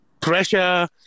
Pressure